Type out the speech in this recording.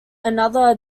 another